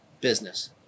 business